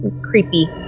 creepy